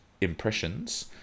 impressions